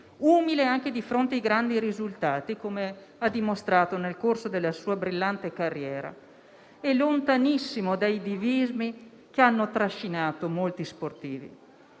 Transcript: umile anche di fronte ai grandi risultati, come ha dimostrato nel corso della sua brillante carriera e lontanissimo dai divismi che hanno trascinato molti sportivi.